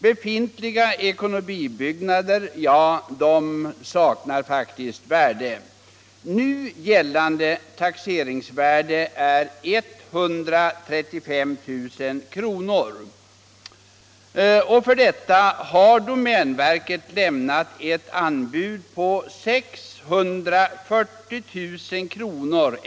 Befintliga ekonomibyggnader saknar värde. Nu gällande taxeringsvärde är 135 000 kr. Och för detta har domänverket lämnat ett anbud på 640 000 kr.